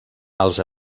els